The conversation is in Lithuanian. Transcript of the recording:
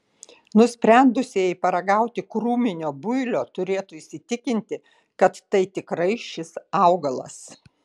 nusprendusieji paragauti krūminio builio turėtų įsitikinti kad tai tikrai šis augalas